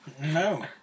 No